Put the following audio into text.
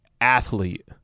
athlete